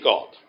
God